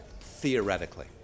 Theoretically